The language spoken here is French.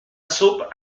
soupe